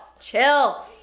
chill